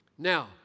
Now